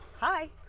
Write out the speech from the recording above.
Hi